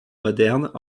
modernes